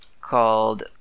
called